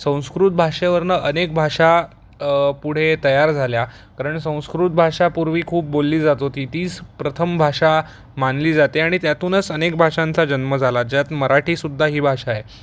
संस्कृत भाषेवरनं अनेक भाषा पुढे तयार झाल्या कारण संस्कृत भाषा पूर्वी खूप बोलली जात होती तीच प्रथम भाषा मानली जाते आणि त्यातूनच अनेक भाषांचा जन्म झाला ज्यात मराठी सुद्धा ही भाषा आहे